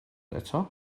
eto